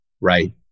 Right